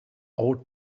all